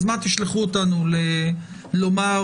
אז תשלחו אותנו לומר?